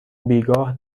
بیگاه